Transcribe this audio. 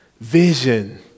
Vision